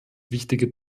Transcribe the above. wichtige